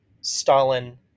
Stalin